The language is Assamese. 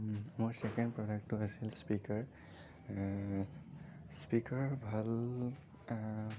মোৰ ছেকেণ্ড প্ৰডাক্টটো হৈছে স্পীকাৰ স্পীকাৰ ভাল